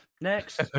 Next